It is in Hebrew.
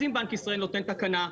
אם בנק ישראל מתקין תקנה,